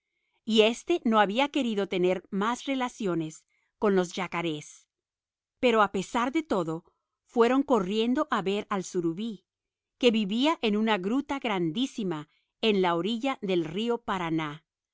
y éste no había querido tener más relaciones con los yacarés pero a pesar de todo fueron corriendo a ver al surubí que vivía en una gruta grandísima en la orilla del río paraná